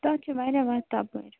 تَتہِ چھِ واریاہ وتہٕ تَپٲرۍ